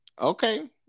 okay